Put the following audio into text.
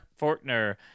Fortner